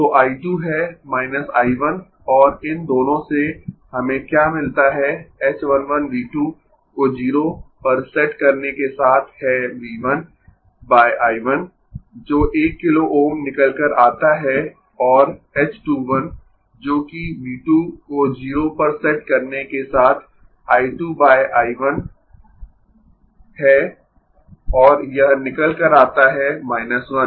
तो I 2 है I 1 और इन दोनों से हमें क्या मिलता है h 1 1 V 2 को 0 पर सेट करने के साथ है V 1 बाय I 1 जो 1 किलो Ω निकल कर आता है और h 2 1 जोकि V 2 को 0 पर सेट करने के साथ I 2 बाय I 1 है और यह निकल कर आता है 1